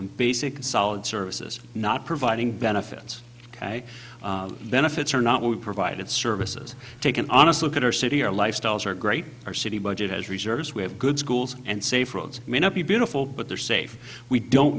on basic solid services not providing benefits benefits or not we provided services take an honest look at our city our lifestyles are great our city budget has reserves we have good schools and safe roads may not be beautiful but they're safe we don't